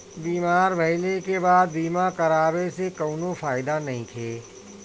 बीमार भइले के बाद बीमा करावे से कउनो फायदा नइखे